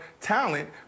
talent